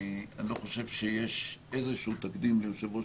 אני לא חושב שיש איזשהו תקדים ליושב-ראש